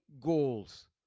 goals